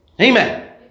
Amen